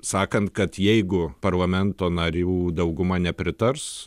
sakant kad jeigu parlamento narių dauguma nepritars